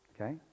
Okay